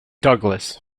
douglas